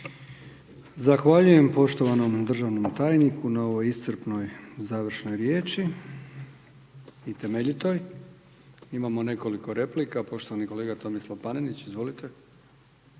Zahvaljujem poštovanom državnom tajniku na ovoj iscrpnoj završnoj riječi i temeljitoj. Imamo nekoliko replika. Poštovani kolega Tomislav Panenić. Izvolite.